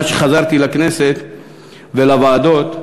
מאז שחזרתי לכנסת ולוועדות,